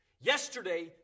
Yesterday